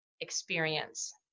Experience